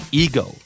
ego